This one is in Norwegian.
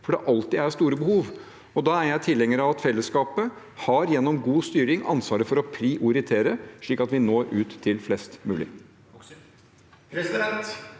hvor det alltid er store behov. Da er jeg tilhenger av at fellesskapet gjennom god styring har ansvaret for å prioritere, slik at vi når ut til flest mulig.